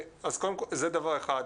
זה דבר אחד.